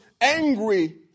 angry